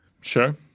Sure